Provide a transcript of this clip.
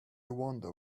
wonder